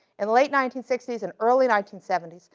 in the late nineteen sixty s and early nineteen seventy s,